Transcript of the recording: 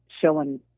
showing